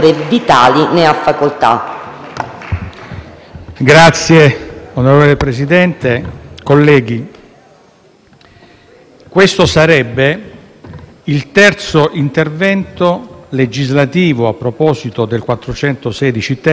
Signor Presidente, colleghi, questo sarebbe il terzo intervento legislativo a proposito del 416-*ter* nel giro di quattro anni.